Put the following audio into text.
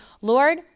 Lord